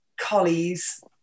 Collies